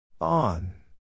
On